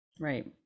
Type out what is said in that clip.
Right